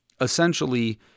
essentially